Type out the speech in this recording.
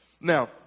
Now